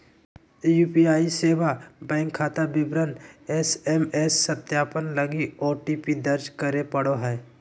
UPI सेवा bank खाता विवरण एस.एम.एस सत्यापन लगी ओ.टी.पी दर्ज करे पड़ो हइ